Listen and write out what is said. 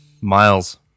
Miles